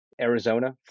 arizona